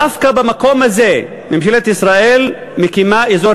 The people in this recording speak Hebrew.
דווקא במקום הזה ממשלת ישראל מקימה אזור